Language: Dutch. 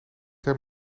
hem